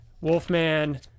Wolfman